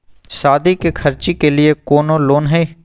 सादी के खर्चा के लिए कौनो लोन है?